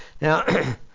Now